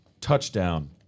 touchdown